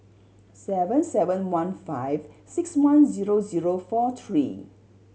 seven seven one five six one zero zero four three